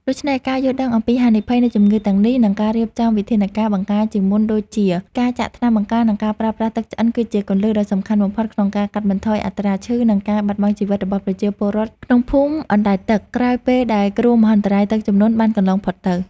ដូច្នេះ ការយល់ដឹងអំពីហានិភ័យនៃជំងឺទាំងនេះ និងការរៀបចំវិធានការបង្ការជាមុនដូចជា ការចាក់ថ្នាំបង្ការ និងការប្រើប្រាស់ទឹកឆ្អិន គឺជាគន្លឹះដ៏សំខាន់បំផុតក្នុងការកាត់បន្ថយអត្រាឈឺ និងការបាត់បង់ជីវិតរបស់ប្រជាពលរដ្ឋក្នុងភូមិអណ្តែតទឹក ក្រោយពេលដែលគ្រោះមហន្តរាយទឹកជំនន់បានកន្លងផុតទៅ។